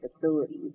facilities